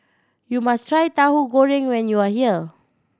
you must try Tauhu Goreng when you are here